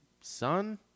son